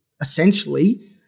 essentially